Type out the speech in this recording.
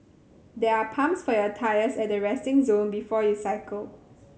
there are pumps for your tyres at the resting zone before you cycle